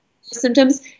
symptoms